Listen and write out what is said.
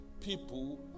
people